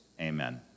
amen